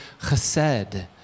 chesed